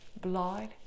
blood